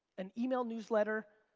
an email newsletter,